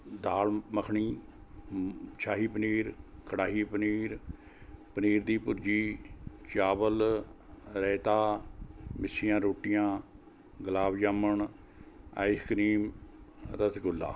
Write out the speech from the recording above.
ਦਾਲ਼ ਮੱਖਣੀ ਸ਼ਾਹੀ ਪਨੀਰ ਕੜਾਹੀ ਪਨੀਰ ਪਨੀਰ ਦੀ ਭੁਰਜੀ ਚਾਵਲ ਰੇਇਤਾ ਮਿੱਸੀਆਂ ਰੋਟੀਆਂ ਗੁਲਾਬ ਜਾਮਣ ਆਈਸ ਕ੍ਰੀਮ ਰਸਗੁੱਲਾ